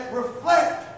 reflect